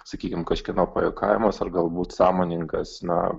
sakykim kažkieno pajuokavimas ar galbūt sąmoningas na